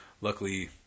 luckily